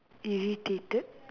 irritated